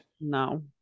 No